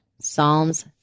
Psalms